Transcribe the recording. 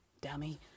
dummy